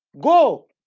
Go